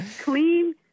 Clean